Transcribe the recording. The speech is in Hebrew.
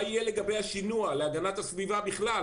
מה יהיה לגבי השינוע ולהגנת הסביבה בכלל?